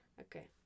Okay